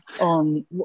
on